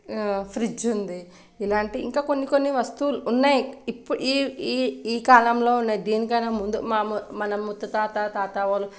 fridge ఉంది ఇలాంటి ఇంకా కొన్ని కొన్ని వస్తువులు ఉన్నాయి ఇప్పుడు ఈ ఈ ఈ కాలంలో ఉన్నాయి దీనికన్నా ముందు మా మన ముత్తతాత తాతవాళ్ళ